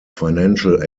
financial